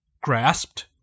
grasped